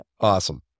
Awesome